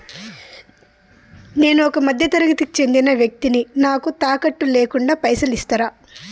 నేను ఒక మధ్య తరగతి కి చెందిన వ్యక్తిని నాకు తాకట్టు లేకుండా పైసలు ఇస్తరా?